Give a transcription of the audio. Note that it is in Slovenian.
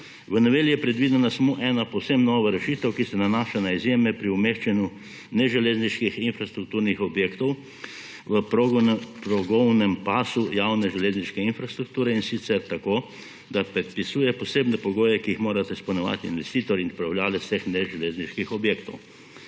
V noveli je predvidena samo ena povsem nova rešitev, ki se nanaša na izjeme pri umeščanju neželezniških infrastrukturnih objektov v progovnem pasu javne železniške infrastrukture, in sicer tako, da predpisuje posebne pogoje, ki jih morata izpolnjevati investitor in upravljavec teh neželezniških objektov.